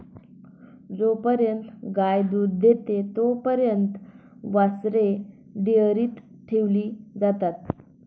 जोपर्यंत गाय दूध देते तोपर्यंत वासरे डेअरीत ठेवली जातात